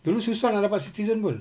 dulu susah nak dapat citizen pun